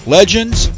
legends